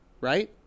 right